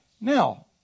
Now